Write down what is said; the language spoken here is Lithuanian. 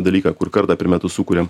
dalyką kur kartą per metus sukuriam